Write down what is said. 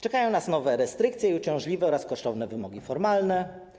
Czekają nas nowe restrykcje i uciążliwe oraz kosztowne wymogi formalne.